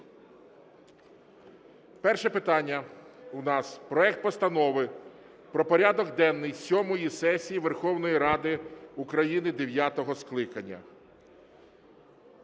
Перше питання – у нас проект Постанови про порядок денний сьомої сесії Верховної Ради України дев'ятого скликання.